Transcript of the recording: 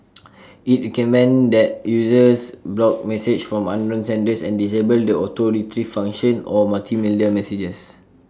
IT recommended that users block messages from unknown senders and disable the auto Retrieve function or multimedia messages